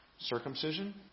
Circumcision